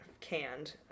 canned